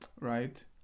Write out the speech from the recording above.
Right